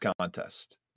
contest